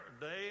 day